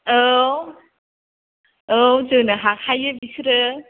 औ औ जोनो हाखायो बिसोरो